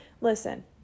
Listen